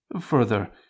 Further